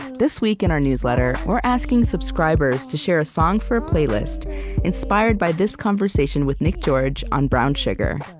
this week in our newsletter, we're asking subscribers to share a song for a playlist inspired by this conversation with nick george on brown sugar.